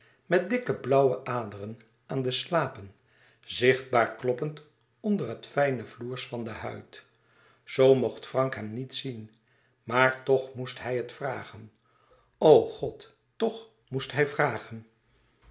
met dikke blauwe aderen aan de slapen zichtbaar kloppend onder het fijne floers van de huid zoo mocht frank hem niet zien maar toch moest hij het vragen o god tch moest hij vragen